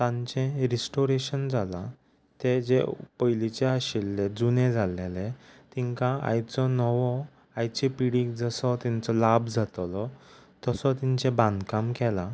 तांचें रिस्टोरेशन जालां ते जे पयलींचे आशिल्ले जुने जाल्लेले तांकां आयचो नवो आयचे पिडीक जसो तांचो लाभ जातलो तसो तांचें बांदकाम केलां